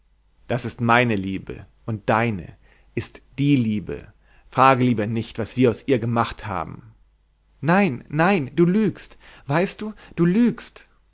das ist meine liebe und deine ist die liebe frage lieber nicht was wir aus ihr gemacht haben nein nein du lügst weißt du du lügst